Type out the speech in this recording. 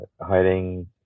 hiding